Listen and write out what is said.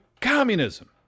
communism